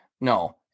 no